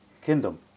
kingdom